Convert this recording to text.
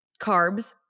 carbs